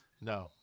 No